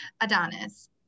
Adonis